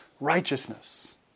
righteousness